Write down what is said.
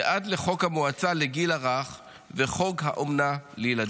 ועד לחוק המועצה לגיל הרך וחוק האומנה לילדים.